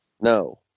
No